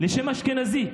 לשם אשכנזי.